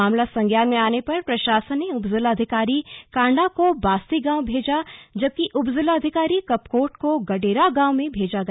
मामला संज्ञान में आने पर प्रशासन ने उपजिलाधिकारी कांडा को बास्ती गांव भेजाजबकि उपजिलाधिकारी कपकोट को गडेरा गांव में भेजा गया